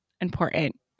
important